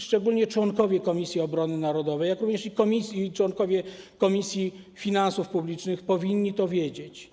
Szczególnie członkowie Komisji Obrony Narodowej i członkowie Komisji Finansów Publicznych powinni to wiedzieć.